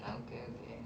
okay okay